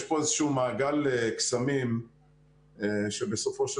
יש פה איזשהו מעגל קסמים שבסופו של